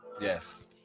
yes